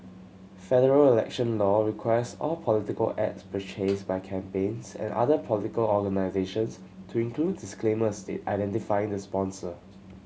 federal election law requires all political ads purchased by campaigns and other political organisations to include disclaimers identifying the sponsor